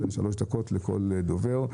ניתן שלוש דקות לכל דובר.